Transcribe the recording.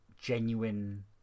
genuine